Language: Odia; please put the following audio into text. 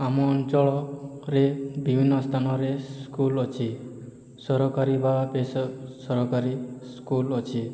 ଆମ ଅଞ୍ଚଳରେ ବିଭିନ୍ନ ସ୍ଥାନରେ ସ୍କୁଲ ଅଛି ସରକାରୀ ବା ବେସ ସରକାରୀ ସ୍କୁଲ ଅଛି